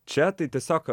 čia tai tiesiog